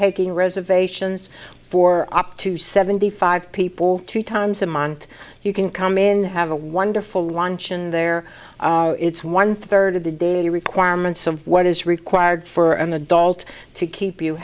taking reservations for up to seventy five people two times a month you can come in have a wonderful lunch and there it's one third of the daily requirements of what is required for an adult to keep you